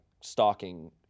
stalking